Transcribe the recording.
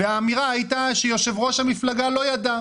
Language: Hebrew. האמירה הייתה שיושב-ראש המפלגה לא ידע.